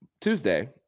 Tuesday